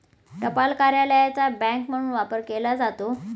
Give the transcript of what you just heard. टपाल कार्यालयाचा बँक म्हणून वापर केला जातो